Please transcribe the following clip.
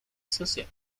social